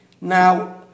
Now